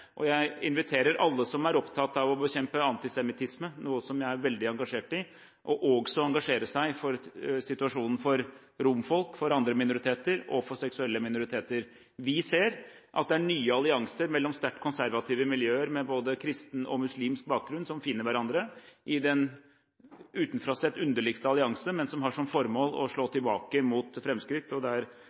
Jeg inviterer alle som er opptatt av å bekjempe antisemittisme, noe jeg er veldig engasjert i, til også å engasjere seg for situasjonen for romfolk, for andre minoriteter og for seksuelle minoriteter. Vi ser at det er nye allianser mellom sterkt konservative miljøer med både kristen og muslimsk bakgrunn som finner hverandre, i den – utenfra sett – underligste allianse, men som har som formål å slå tilbake mot